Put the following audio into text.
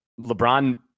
LeBron